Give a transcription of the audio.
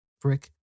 brick